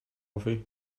coffee